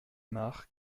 mares